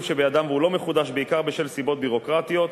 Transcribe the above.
שבידם והוא לא מחודש בעיקר בשל סיבות ביורוקרטיות,